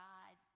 God